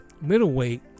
middleweight